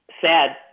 sad